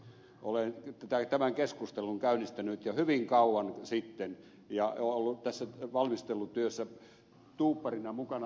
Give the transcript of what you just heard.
olen tämän keskustelun käynnistänyt jo hyvin kauan sitten ja ollut tässä valmistelutyössä tuupparina mukana